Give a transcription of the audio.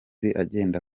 agenda